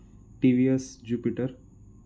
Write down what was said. TVS jupiter